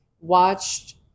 Watched